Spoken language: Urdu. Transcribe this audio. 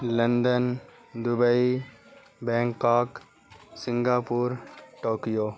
London Dubai Bangkok Singapore Tokyo